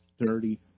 dirty